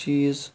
چیٖز